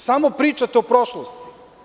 Samo pričate o prošlosti.